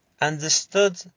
understood